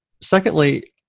secondly